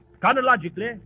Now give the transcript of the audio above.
Chronologically